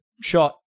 shot